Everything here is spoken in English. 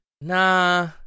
nah